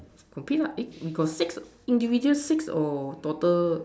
compete lah eh we got six individual six or total